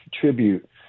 tribute